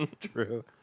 True